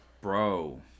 bro